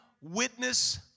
witness